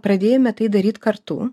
pradėjome tai daryt kartu